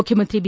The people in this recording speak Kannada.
ಮುಖ್ಯಮಂತ್ರಿ ಬಿ